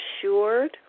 assured